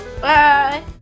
Bye